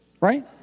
right